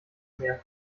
mehr